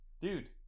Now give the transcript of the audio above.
dude